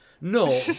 No